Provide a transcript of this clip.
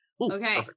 Okay